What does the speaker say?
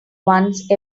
once